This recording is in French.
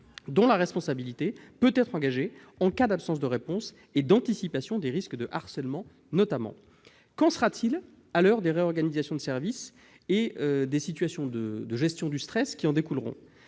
dont la responsabilité peut être engagée en cas d'absence de réponse et d'anticipation des risques de harcèlement notamment. Qu'en sera-t-il à l'heure des réorganisations de services, avec les situations de gestion du stress qui en découleront ?